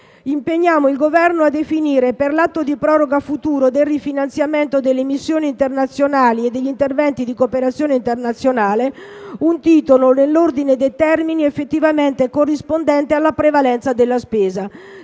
impegni il Governo a definire, per l'atto di proroga futuro del rifinanziamento delle missioni internazionali e degli interventi di cooperazione internazionale, un titolo nell'ordine dei termini effettivamente corrispondente alla prevalenza della spesa.